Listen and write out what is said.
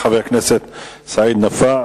תודה לחבר הכנסת נפאע.